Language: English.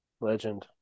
Legend